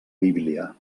bíblia